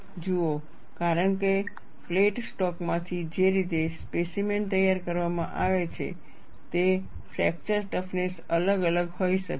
જુઓ કારણ કે પ્લેટ સ્ટોક માંથી જે રીતે સ્પેસીમેન તૈયાર કરવામાં આવે છે તે ફ્રેક્ચર ટફનેસ અલગ અલગ હોઈ શકે છે